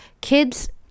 Kids